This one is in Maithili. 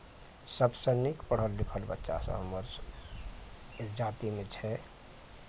सबसऽ नीक पढ़ल लिखल बच्चा सब हमर जातीमे छै